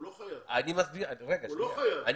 הוא לא חייב לקחת אותה.